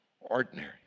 ordinary